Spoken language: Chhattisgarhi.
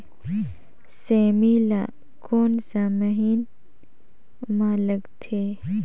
सेमी ला कोन सा महीन मां लगथे?